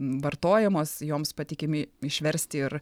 vartojamos joms patikimi išversti ir